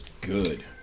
good